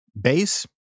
base